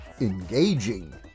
engaging